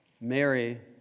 Mary